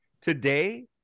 Today